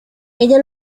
ella